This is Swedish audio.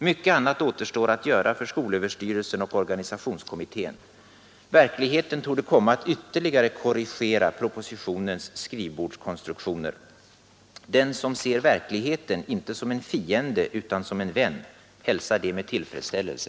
Mycket annat återstår att göra för skolöverstyrelsen och organisationskommitttén. Verkligheten torde komma att ytterligare korrigera propositionens skrivbordskonstruktioner. Den som ser verkligheten inte som en fiende utan som en vän hälsar detta med tillfredsställelse.